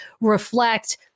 reflect